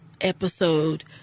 episode